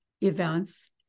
events